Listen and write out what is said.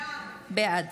בעד